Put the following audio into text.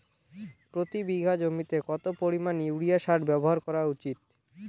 প্রতি বিঘা জমিতে কত পরিমাণ ইউরিয়া সার ব্যবহার করা উচিৎ?